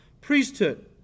priesthood